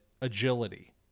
agility